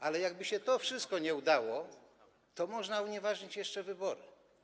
Ale jakby się to wszystko nie udało, to można unieważnić wybory.